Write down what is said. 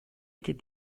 était